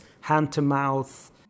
hand-to-mouth